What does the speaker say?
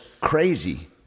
crazy